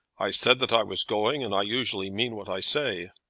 i said that i was going, and i usually mean what i say.